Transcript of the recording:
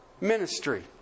ministry